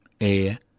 air